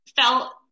felt